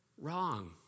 Wrong